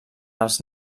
els